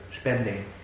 spending